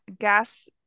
gas